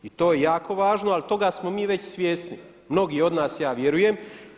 I to je jako važno ali toga smo mi već svjesni, mnogi od nas, ja vjerujem.